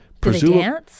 presume